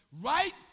right